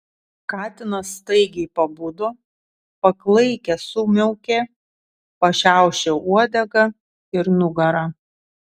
katinas staigiai pabudo paklaikęs sumiaukė pašiaušė uodegą ir nugarą